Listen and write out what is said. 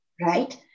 right